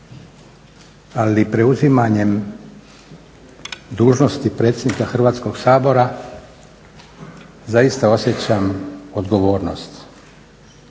ali preuzimanjem dužnosti predsjednika Hrvatskog sabora zaista osjećam odgovornost